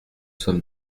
sommes